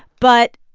but,